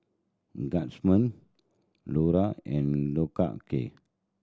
Guardsman Lora and Loacker